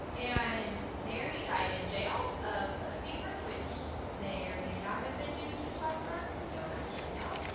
and mary died in jail, of a fever, which may or may not have been due to childbirth. we don't actually know,